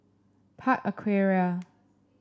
Park Aquaria